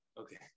Okay